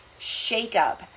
shakeup